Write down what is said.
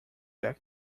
back